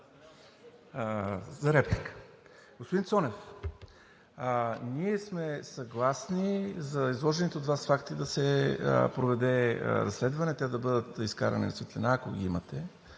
(ДБ): Господин Цонев, ние сме съгласни за изложените от Вас факти да се проведе разследване, те да бъдат изкарани на светлина, ако ги имате.